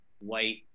white